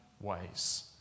ways